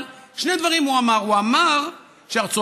אבל שני דברים הוא אומר: הוא אמר שארצות